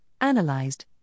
analyzed